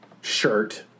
shirt